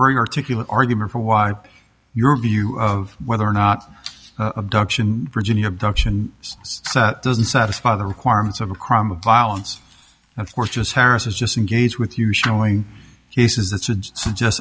very articulate argument for why your view of whether or not abduction virginia abduction doesn't satisfy the requirements of a crime of violence of course just harris is just engaged with you showing cases that should